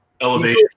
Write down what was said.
Elevation